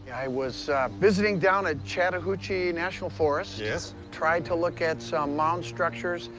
i was visiting down at chattahoochee national forest. yes. tried to look at some mound structures.